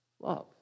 Love